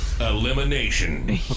elimination